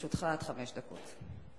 לרשותך חמש דקות.